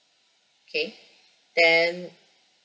K then